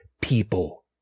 people